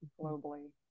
globally